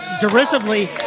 derisively